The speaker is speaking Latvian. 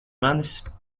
manis